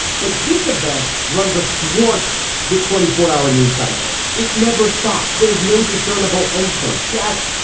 but this event runs a thwart the twenty four hour news cycle. it never stops. there's no discernable end point. yes.